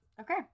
Okay